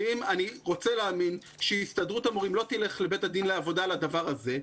אני רוצה להאמין שהסתדרות המורים לא תלך לבית הדין לעבודה על הדבר הזה,